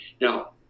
Now